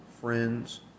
friends